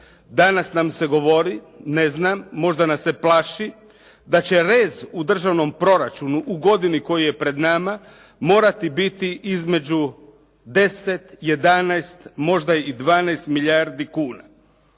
Danas nam se govori, ne znam možda nas se plaši, da će rez u državnom proračunu u godini koja je pred nama, morati biti između 10, 11 možda i 12 milijardi kuna.